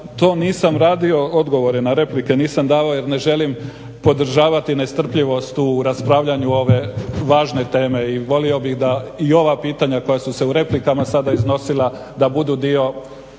to nisam radio, odgovore na replike nisam davao jer ne želim podržavati nestrpljivost u raspravljanju ove važne teme i volio bih da i ova pitanja koja su se u replikama sada iznosila da budu dio